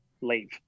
leave